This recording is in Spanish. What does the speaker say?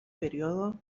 período